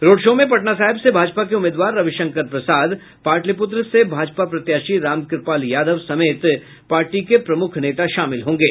road show में पटना साहिब से भाजपा के उम्मीदवार रविशंकर प्रसाद पाटलिपुत्र के भाजपा प्रत्याशी रामकृपाल यादव समेत पार्टी के प्रमुख नेता शामिल होंगे